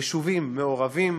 יישובים מעורבים,